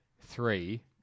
three